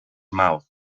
mouth